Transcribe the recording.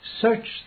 Search